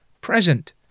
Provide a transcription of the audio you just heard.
present